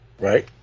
Right